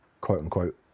quote-unquote